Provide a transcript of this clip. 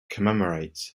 commemorates